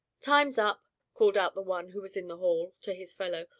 time's up, called out the one who was in the hall, to his fellow.